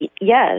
Yes